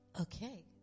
Okay